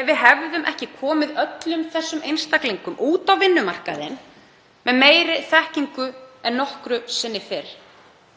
ef við hefðum ekki komið öllum þessum einstaklingum út á vinnumarkaðinn með meiri þekkingu en nokkru sinni fyrr?